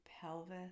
pelvis